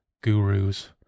Gurus